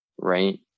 right